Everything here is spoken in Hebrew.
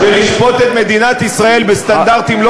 של לשפוט את מדינת ישראל בסטנדרטים לא